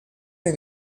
nei